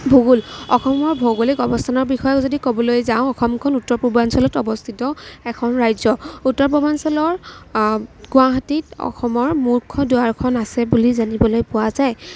ভূগোল অসমৰ ভৌগলিক অৱস্থানৰ বিষয়ে যদি ক'বলৈ যাওঁ অসমখন উত্তৰ পূৰ্বাঞ্চলত অৱস্থিত এখন ৰাজ্য উত্তৰ পূৰ্বাঞ্চলৰ গুৱাহাটীত অসমৰ মুখ্য দুৱাৰখন আছে বুলি জানিবলৈ পোৱা যায়